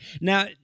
Now